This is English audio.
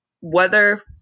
weather